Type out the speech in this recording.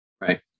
Right